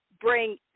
bring